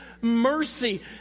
mercy